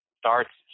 starts